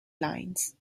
lines